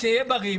שיהיה בריא,